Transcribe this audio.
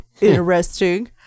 Interesting